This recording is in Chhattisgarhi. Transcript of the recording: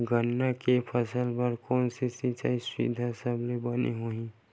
गन्ना के फसल बर कोन से सिचाई सुविधा सबले बने होही?